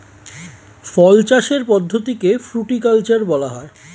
ফল চাষের পদ্ধতিকে ফ্রুটিকালচার বলা হয়